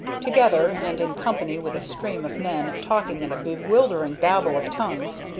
together, and in company with a stream of men talking in a bewildering babel of tongues,